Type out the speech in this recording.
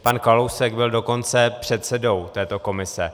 Pan Kalousek byl dokonce předsedou této komise.